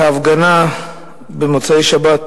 ההפגנה במוצאי שבת